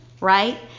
right